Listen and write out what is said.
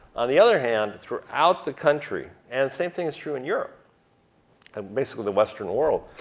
on the other hand, throughout the country and same thing is true in europe and basically the western world,